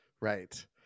right